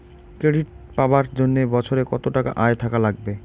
Credit পাবার জন্যে বছরে কত টাকা আয় থাকা লাগবে?